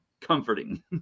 comforting